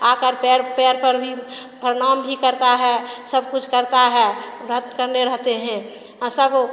आकर पैर पैर पर भी प्रणाम भी करता है सब कुछ करता है व्रत करने रहते हैं सब